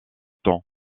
temps